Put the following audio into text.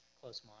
close